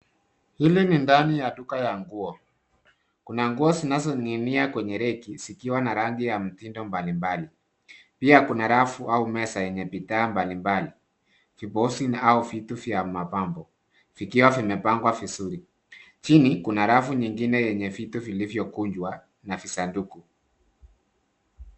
Hili ni ndani ya duka ya nguo. Kuna nguo zinazoning'inia kwenye reki zikiwa na rangi na mitindo mbalimbali. Pia kuna rafu au meza yenye bidhaa mbalimbali , vibosi na vitu vya mapambo vikiwa vimepangwa vizuri. Chini, kuna rafu nyingine yenye vitu vilivyokunjwa na visanduku.